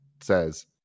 says